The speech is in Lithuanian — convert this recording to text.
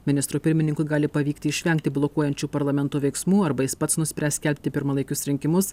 ministrui pirmininkui gali pavykti išvengti blokuojančių parlamento veiksmų arba jis pats nuspręs skelbti pirmalaikius rinkimus